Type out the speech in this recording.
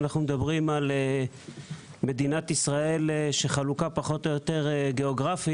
אנחנו מדברים על מדינת ישראל שחלוקה פחות או יותר גיאוגרפית.